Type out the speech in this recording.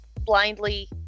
blindly